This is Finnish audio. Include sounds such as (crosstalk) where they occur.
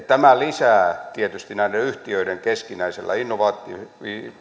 (unintelligible) tämä lisää tietysti näiden yhtiöiden keskinäisellä